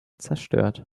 zerstört